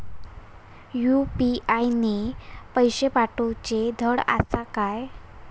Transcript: UPI ने पैशे पाठवूचे धड आसा काय?